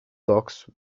docks